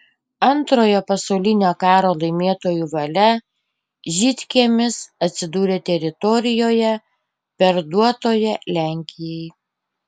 antrojo pasaulinio karo laimėtojų valia žydkiemis atsidūrė teritorijoje perduotoje lenkijai